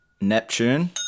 Neptune